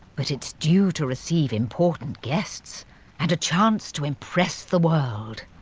but it's due to receive important guests and a chance to impress the world,